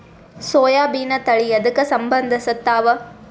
ಸೋಯಾಬಿನ ತಳಿ ಎದಕ ಸಂಭಂದಸತ್ತಾವ?